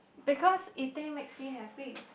because eating makes me happy